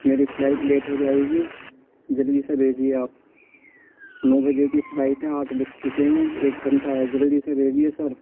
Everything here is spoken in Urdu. میری فلائٹ لیٹ ہو جائے گی جلدی سے بھیجیے آپ نو بجے کی فلائٹ ہے آٹھ بج چکے ہیں ایک گھٹہ ہے جلدی سے بھیجیے سر